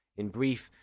in brief,